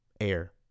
air